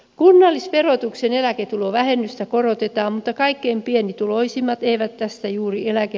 kunnallisverotuksen eläketulovähennystä korotetaan mutta kaikkein pienituloisimmat eivät tästä juuri hyödy